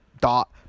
dot